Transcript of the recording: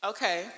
Okay